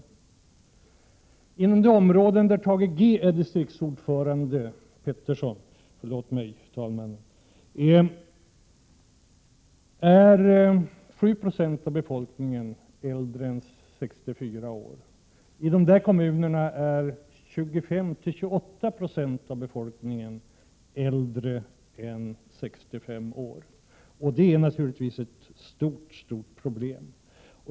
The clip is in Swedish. Inom det område där Thage G Peterson är distriktsordförande är 7 96 av befolkningen äldre än 64 år. I dessa skogslänskommuner är 25—28 2 av befolkningen äldre än 65 år. Det är naturligtvis ett stort problem.